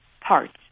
parts